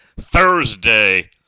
Thursday